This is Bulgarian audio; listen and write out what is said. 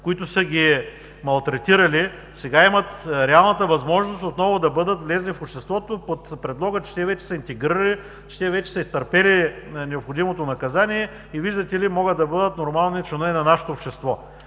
които са ги малтретирали, сега имат реалната възможност отново да влязат в обществото под предлога, че вече са интегрирани, че вече са изтърпели необходимото наказание и, виждате ли, могат да бъдат нормални членове на нашето общество.